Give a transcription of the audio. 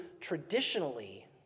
traditionally